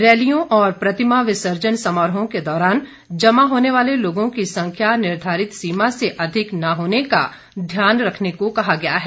रैलियों और प्रतिमा विसर्जन समारोह के दौरान जमा होने वाले लोगों की संख्या निर्धारित सीमा से अधिक न होने का ध्यान रखने को कहा गया है